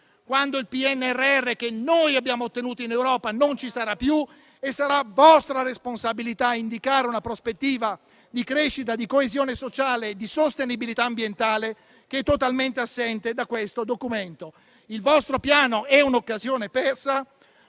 quando il PNRR, che noi abbiamo ottenuto in Europa, non ci sarà più e sarà vostra responsabilità indicare una prospettiva di crescita, di coesione sociale e di sostenibilità ambientale, che è totalmente assente da questo documento. Il vostro Piano è un'occasione persa,